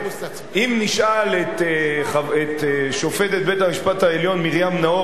אם נשאל את שופטת בית-המשפט העליון מרים נאור